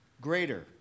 greater